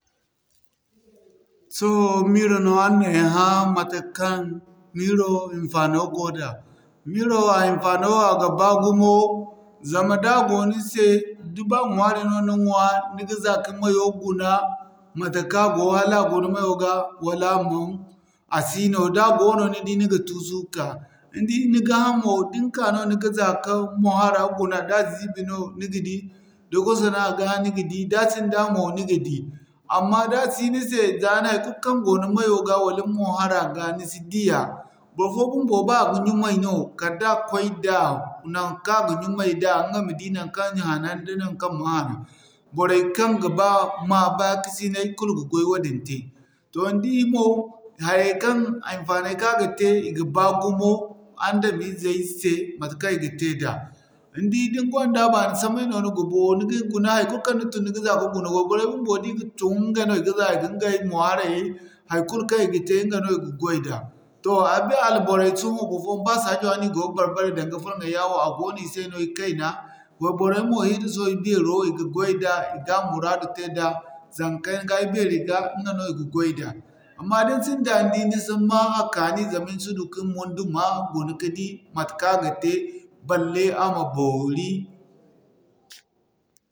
Sohõ miro no araŋ na ay hã matekaŋ a hinfaano go da. Miro wo, da go ni se a hinfaano ga baa gumo. Zama da go ni se, da ba ɲwaari no ni ɲwaa, ni ga za kin mayo guna matekaŋ a go hala a go ni mayo gaa, wala mo a sino. Da goono ni di ni ga tuusu ka'ka ni di ni ga hamo din ka no ni ga za kin mo hara guna da zibi no ni ga di, da kusa no a ga ni ga di, da sinda mo ni ga di. Amma da si ni se haikulu kaŋgo ni mayo ga wala ni moo hara ga ni si diya. Barfo bunbo ba a ga ɲumay no, kala da a koy da naŋkaŋ a ga ɲumay da iŋga ma di naŋkaŋ hanan da naŋkaŋ man hanan. Boray kaŋ ga ba ma, baakasinay kulu ga koy wadin tey. Toh ni di mo, hayay kaŋ, hinfaanay kaŋ a ga te i ga baa gumo, adam-izey se, matekaŋ i ga te da. Ni di din gonda baani samay no ni ga bo, ni ga guna haikulu kaŋ ni tun ni ga za ka guna. Wayborey bumbo di tun iŋga no i ga za igiŋgay moo harayay, haikulu kaŋ i ga te iŋga no i ga gway da. Toh ya alborey sohõ barfoyaŋ ba saajo ra no i go bar-bare daŋga fulaŋay yawo a goono i se ikayna. Wayborey mo i hisuwa i beero i ga gway da i ga muraadu te da, zaŋka kayna ga i beeri ga iŋga no i ga gway da. Amma din sinda ni di ni si ma a kaani zama ni si du kin moyduma guna ka di matekaŋ a ga te balle a ma boori.